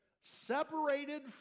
separated